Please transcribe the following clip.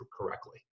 correctly